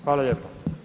Hvala lijepo.